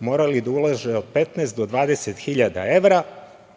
morali da ulože od 15 do 20 hiljada